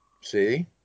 see